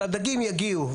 שהדגים יגיעו,